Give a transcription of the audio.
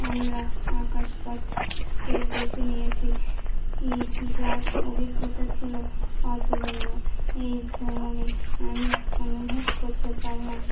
আমরা আকাশপথকে বেছে নিয়েছি ই যার অভিজ্ঞতা ছিলো অতুলনীয় এই ভ্রমণে আমি অনুভব করতে পারলাম